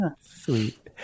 Sweet